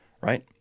right